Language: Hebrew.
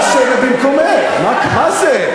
מה זה?